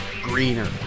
Greener